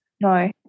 No